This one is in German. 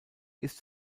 ist